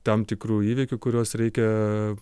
tam tikrų įvykių kuriuos reikia